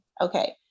Okay